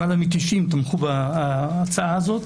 למעלה מ-90 תמכו בהצעה הזאת,